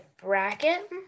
bracket